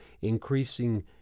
increasing